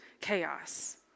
chaos